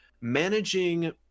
managing